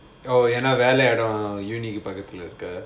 எனக்கு வேலையிடம் பக்கத்துல இருக்கு:enakku velayidam pakkathula irukku